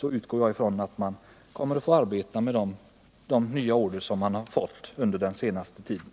Jag utgår från att de får arbeta med de nya order som företaget har fått under den senaste tiden.